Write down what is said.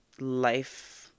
life